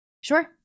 Sure